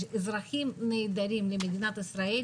אזרחים נהדרים למדינת ישראל,